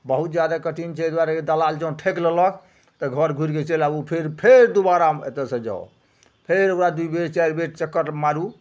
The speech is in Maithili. बहुत जादे कठिन छै एहि दुआरे कि दलाल जँ ठकि लेलक तऽ घर घुरिके चलि आबू फेर फेर दोबारा एतएसे जाउ फेर ओकरा दुइ बेर चारि बेर चक्कर मारू